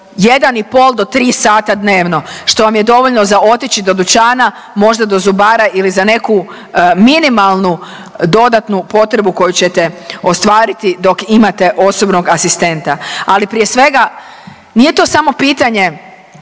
1,5 do 3 sata dnevno, što vam je dovoljno za otići do dućana, možda do zubara ili za neku minimalnu dodatnu potrebu koju ćete ostvariti dok imate osobnog asistenta. Ali prije svega nije to samo pitanje